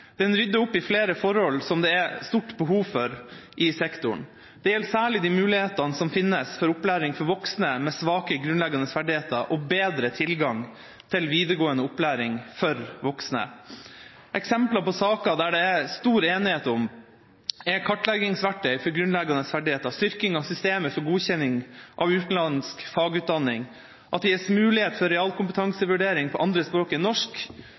Den rydder opp i flere forhold som det er stort behov for i sektoren. Det gjelder særlig mulighetene som finnes for opplæring for voksne med svake grunnleggende ferdigheter, og bedre tilgang til videregående opplæring for voksne. Eksempler på saker det er stor enighet om, er kartleggingsverktøy for grunnleggende ferdigheter, styrking av systemet for godkjenning av utenlandsk fagutdanning, at det gis mulighet for realkompetansevurdering på andre språk enn norsk,